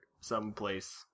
someplace